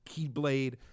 keyblade